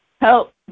help